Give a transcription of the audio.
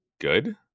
Good